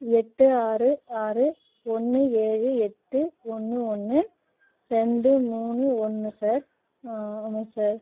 எட்டு ஆறு ஆறு ஒன்று ஏழு எட்டு ஒன்று ஒன்று ரெண்டு மூணு ஒன்று சார் ஆ ஆமாம் சார்